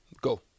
go